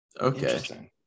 Okay